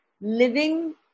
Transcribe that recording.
living